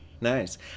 nice